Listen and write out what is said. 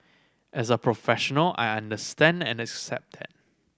as a professional I understand and accept that